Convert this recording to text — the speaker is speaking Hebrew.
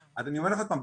אז אני אומר לך עוד פעם,